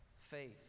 faith